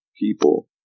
people